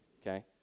okay